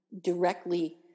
directly